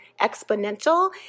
exponential